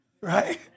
Right